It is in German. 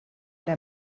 der